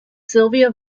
sylvia